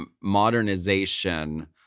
modernization